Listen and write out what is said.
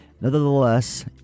Nevertheless